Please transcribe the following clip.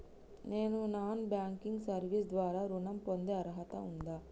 నేను non banking service ద్వారా ఋణం పొందే అర్హత ఉందా?